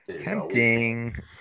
Tempting